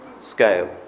scale